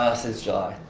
since july.